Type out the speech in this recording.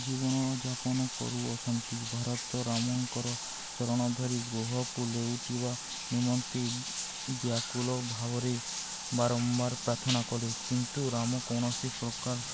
ଜୀବନଯାପନ କରୁଅଛନ୍ତି ଭାରତ ରାମଙ୍କର ଚରଣଧରି ଗୃହକୁ ଲେଉଟିବା ନିମନ୍ତେ ବ୍ୟାକୁଲ ଭାବରେ ବାରମ୍ବାର ପ୍ରାର୍ଥନା କଲେ କିନ୍ତୁ ରାମ କୌଣସି ପ୍ରକାର